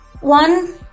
One